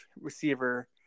receiver